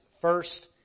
first